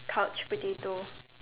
couch potato